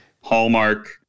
Hallmark